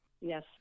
Yes